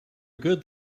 good